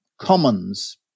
commons